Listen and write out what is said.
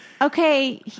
okay